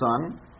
son